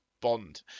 bond